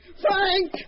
Frank